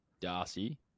Darcy